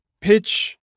pitch